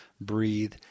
breathe